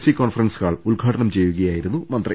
C conference hall ഉദ്ഘാടനം ചെയ്യുകയായിരുന്നു മന്ത്രി